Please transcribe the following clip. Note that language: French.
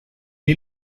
est